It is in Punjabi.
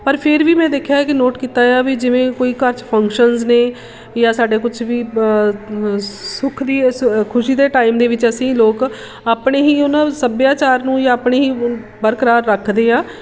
ਪਰ ਫ਼ਿਰ ਵੀ ਮੈਂ ਦੇਖਿਆ ਹੈ ਕਿ ਨੋਟ ਕੀਤਾ ਆ ਵੀ ਜਿਵੇਂ ਕੋਈ ਘਰ 'ਚ ਫੰਕਸ਼ਨਸ ਨੇ ਜਾਂ ਸਾਡੇ ਕੁਝ ਵੀ ਸੁੱਖ ਦੀ ਖੁਸ਼ੀ ਦੇ ਟਾਈਮ ਦੇ ਵਿੱਚ ਅਸੀਂ ਲੋਕ ਆਪਣੇ ਹੀ ਉਹਨਾਂ ਸੱਭਿਆਚਾਰ ਨੂੰ ਜਾਂ ਆਪਣੀ ਹੀ ਬਰਕਰਾਰ ਰੱਖਦੇ ਹਾਂ